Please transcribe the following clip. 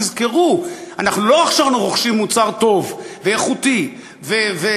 תזכרו: עכשיו אנחנו לא רק רוכשים מוצר טוב ואיכותי ויפה,